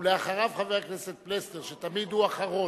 אחריו, חבר הכנסת פלסנר, שתמיד הוא אחרון.